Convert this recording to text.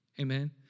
Amen